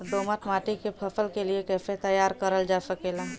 दोमट माटी के फसल के लिए कैसे तैयार करल जा सकेला?